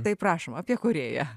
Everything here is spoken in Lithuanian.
tai prašom apie korėją